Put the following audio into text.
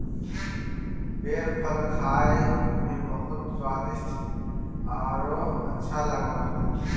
बेर फल खाए में बहुत स्वादिस्ट औरो अच्छा लगो हइ